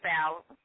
out